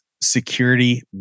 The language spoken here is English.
security